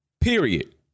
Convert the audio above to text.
period